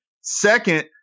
Second